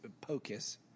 pocus